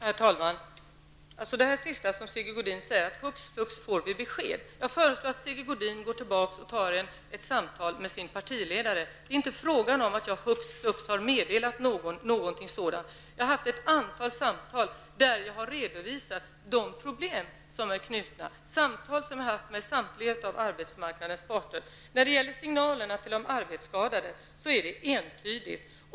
Herr talman! Sigge Godin sade att beskedet kom hux flux. Jag föreslår att Sigge Godin tar ett samtal med sin partiledare. Det är inte fråga om att jag hux flux har meddelat någon någonting sådant. Jag har haft ett antal samtal med samtliga arbetsmarknadens parter, där jag har redogjort för de problem som sammanhänger med de arbetsskadade. Signalerna till de arbetsskadade är entydiga.